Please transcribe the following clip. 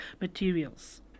materials